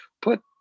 Put